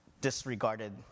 disregarded